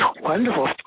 Wonderful